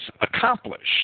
accomplished